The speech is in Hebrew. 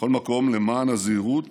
מכל מקום, למען הזהירות